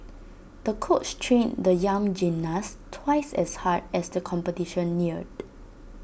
the coach trained the young gymnast twice as hard as the competition neared